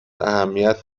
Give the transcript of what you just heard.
اهمیت